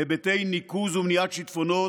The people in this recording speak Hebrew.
היבטי ניקוז ומניעת שיטפונות,